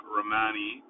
Romani